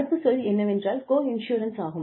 அடுத்த சொல் என்னவென்றால் கோ இன்சூரன்ஸ் ஆகும்